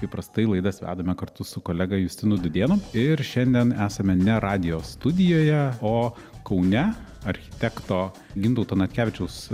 įprastai laidas vedame kartu su kolega justinu dūdėnu ir šiandien esame ne radijo studijoje o kaune architekto gintauto natkevičiaus